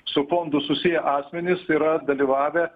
su fondu susiję asmenys yra dalyvavę